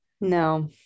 no